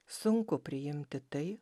sunku priimti tai